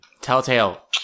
Telltale